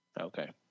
Okay